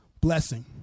blessing